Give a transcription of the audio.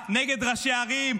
נגד כל המפלגה של יאיר לפיד?